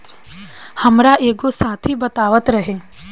हामार एगो साथी बतावत रहे